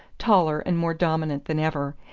taller and more dominant than ever,